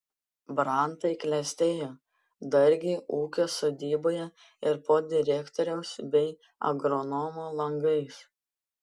brantai klestėjo dargi ūkio sodyboje ir po direktoriaus bei agronomo langais